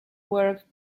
work